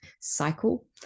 cycle